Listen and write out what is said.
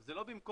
זה לא במקום